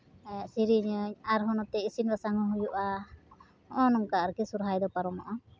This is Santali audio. ᱥᱮᱨᱮᱧ ᱟᱹᱧ ᱟᱨᱦᱚᱸ ᱱᱚᱛᱮ ᱤᱥᱤᱱ ᱵᱟᱥᱟᱝ ᱦᱚᱸ ᱦᱩᱭᱩᱜᱼᱟ ᱦᱚᱸᱜᱼᱚ ᱱᱚᱝᱠᱟ ᱟᱨᱠᱤ ᱥᱚᱦᱚᱨᱟᱭ ᱫᱚ ᱯᱟᱨᱚᱢᱚᱜᱼᱟ